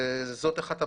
שזאת אחת הבעיות,